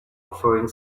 offering